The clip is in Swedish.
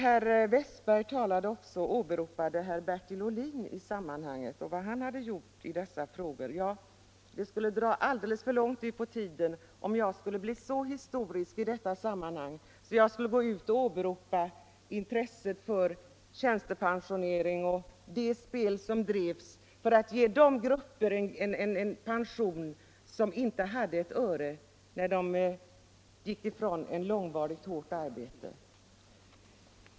Herr Westberg i Ljusdal åberopade också i sammanhanget herr Bertil Ohlin och vad han hade gjort i dessa frågor. Ja, det skulle dra alldeles för långt ut på tiden om jag skulle bli så historisk att jag skulle åberopa ointresset för allmän tjänstepensionering och det spel som drevs beträffande pension åt de grupper som inte hade ett öre när de gick ifrån ett långvarigt, hårt arbete.